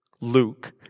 Luke